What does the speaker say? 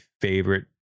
favorite